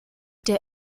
der